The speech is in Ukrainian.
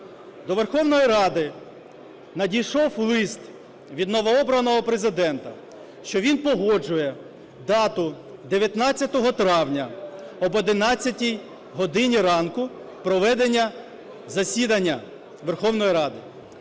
До Верховної Ради надійшов лист від новообраного Президента, що він погоджує дату 19 травня об 11 годині ранку проведення засідання Верховної Ради.